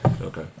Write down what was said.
Okay